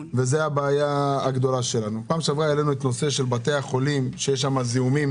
בפעם שעברה העלנו את נושא בתי החולים שיש שם זיהומים